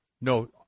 No